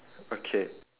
okay